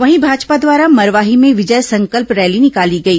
वहीं भाजपा द्वारा मरवाही में विजय संकल्प रैली निकाली गई